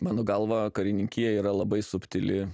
mano galva karininkija yra labai subtili